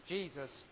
Jesus